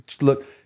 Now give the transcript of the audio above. look